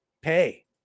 pay